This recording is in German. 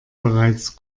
bereits